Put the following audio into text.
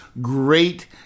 great